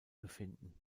befinden